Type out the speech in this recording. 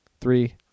three